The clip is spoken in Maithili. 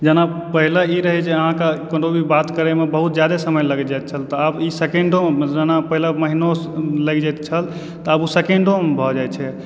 जेना पहिले ई रहै जे अहाँ के कोनो भी बात करैमे बहुत जादे समय लागि जाइत छल तऽ आब ई सेकेंड जेना पहिले महीनो लागि जाइत छल तऽ आब ओ सेकंडो मे भऽ जाइ छै